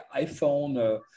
iPhone